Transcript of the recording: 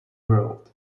world